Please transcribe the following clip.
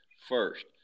first